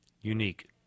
unique